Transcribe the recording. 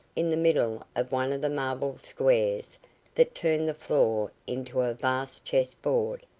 in the middle of one of the marble squares that turned the floor into a vast chess-board,